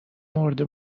مرده